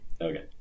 Okay